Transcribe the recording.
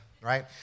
right